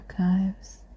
archives